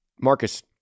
Marcus